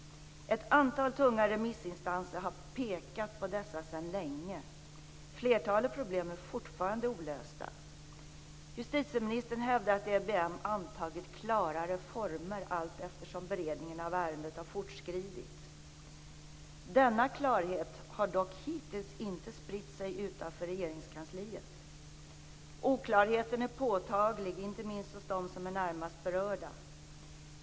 Ett antal tunga remissinstanser har länge pekat på dessa problem. Flertalet är fortfarande olösta. Justititeministern hävdar att EBM har antagit klarare former allteftersom beredningen av ärendet har fortskridit. Denna klarhet har dock hittills inte spritt sig utanför Regeringskansliet. Oklarheten är påtaglig inte minst bland dem som är närmast berörda.